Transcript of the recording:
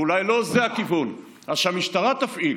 ואולי לא זה הכיוון, אז שהמשטרה תפעיל